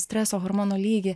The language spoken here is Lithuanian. streso hormono lygį